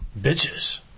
Bitches